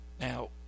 Now